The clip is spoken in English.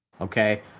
Okay